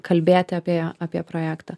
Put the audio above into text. kalbėti apie apie projektą